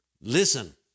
Listen